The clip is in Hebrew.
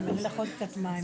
בהצלחה.